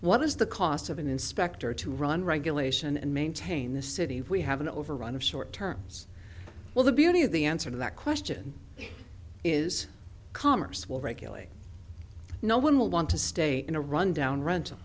what is the cost of an inspector to run regulation and maintain the city we have an overrun of short terms well the beauty of the answer to that question is commerce will regulate no one will want to stay in a rundown rent